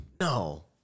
No